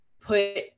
put